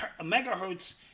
megahertz